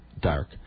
dark